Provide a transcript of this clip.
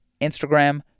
Instagram